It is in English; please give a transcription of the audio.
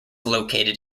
located